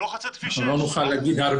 הוא לא חוצה את כביש 6. אנחנו לא נוכל להגיד הרבה